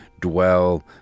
Dwell